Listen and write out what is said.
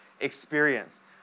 experience